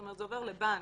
זה עובר לבנק,